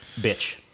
bitch